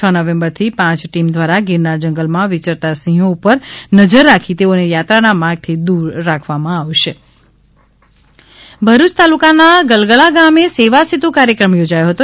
છ નવેમ્બરથી પાંચ ટિમ દ્વારા ગિરનાર જંગલમાં વિચરતા સિંહો ઉપર નજર રાખી તેઓને યાત્રાના માર્ગ થી દુર કરવામાં આવશે સેવા સેતુ ભરૂચ ભરૂચ તાલુકાના ગલગલા ગામે સેવા સેતુ કાર્યક્રમ યોજાથો હતો